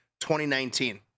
2019